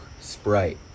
Sprite